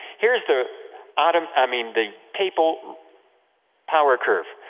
here is the um i mean the papal power curve.